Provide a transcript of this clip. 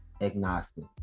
agnostic